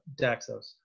Daxos